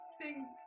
sing